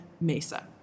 Mesa